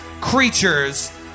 creatures